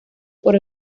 por